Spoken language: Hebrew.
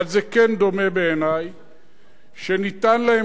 וזה נועד לקצר את הדיונים ולא לגרום לעינוי הדין,